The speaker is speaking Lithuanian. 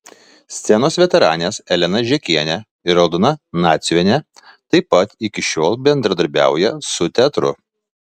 scenos veteranės elena žekienė ir aldona naciuvienė taip pat iki šiol bendradarbiauja su teatru